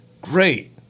great